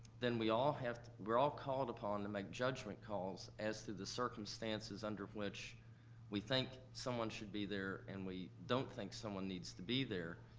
then we all have, we're all called upon to make judgment calls as to the circumstances under which we think someone should be there, and we don't think someone needs to be there.